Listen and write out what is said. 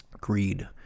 greed